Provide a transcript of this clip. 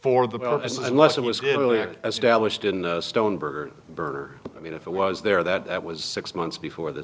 for the unless it was really it as dallas didn't stone burger burger i mean if it was there that was six months before this